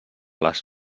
les